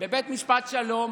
בבית משפט שלום.